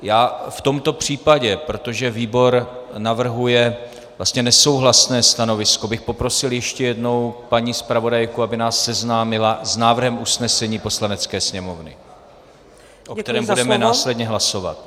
V tomto případě, protože výbor navrhuje vlastně nesouhlasné stanovisko, bych poprosil ještě jednou paní zpravodajku, aby nás seznámila s návrhem usnesení Poslanecké sněmovny, o kterém budeme následně hlasovat.